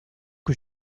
que